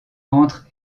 entre